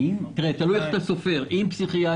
40. תלוי איך אתה סופר עם בתי חולים פסיכיאטרים,